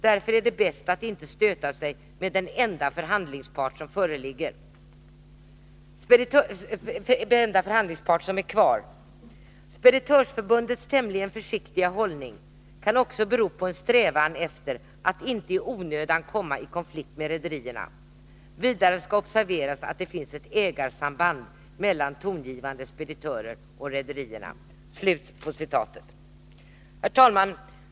Därför är det bäst att inte stöta sig med den enda förhandlingspart som är kvar. Speditörsförbundets tämligen försiktiga hållning kan också bero på en strävan efter att inte i onödan komma i konflikt med rederierna. Vidare skall observeras att det finns ett ägarsamband mellan tongivande speditörer och rederierna.” Herr talman!